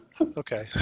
Okay